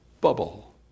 bubble